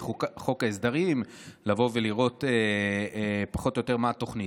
מחוק ההסדרים לבוא ולראות פחות או יותר מה התוכנית.